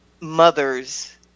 mother's